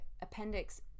appendix